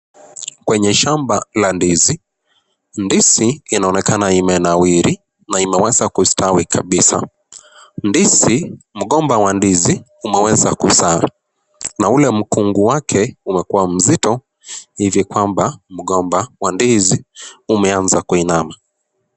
Kwenye shamba la ndizi. Ndizi inaonekana imenawiri na imeweza kustawi kabisa. Ndizi, mgomba wa ndizi umeweza kuzaa na ule mkungu wake umekua mzito ivi kwamba mgomba wa ndizi umeanza kuinama.